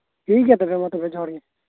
ᱴᱷᱤᱠ ᱜᱮᱭᱟ ᱛᱚᱵᱮ ᱢᱟ ᱛᱚᱵᱮ ᱡᱚᱦᱟᱨ ᱜᱮ